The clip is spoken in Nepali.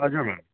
हजुर